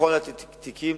בכל התיקים,